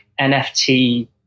nft